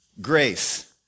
Grace